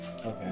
Okay